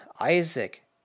Isaac